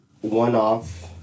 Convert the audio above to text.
one-off